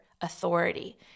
authority